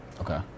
Okay